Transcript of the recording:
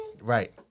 right